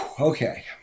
Okay